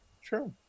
Sure